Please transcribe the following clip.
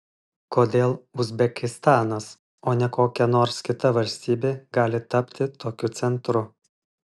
kodėl uzbekistanas o ne kokia nors kita valstybė gali tapti tokiu centru